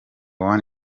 one